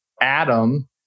Adam